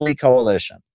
coalition